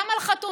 גם על חתונות,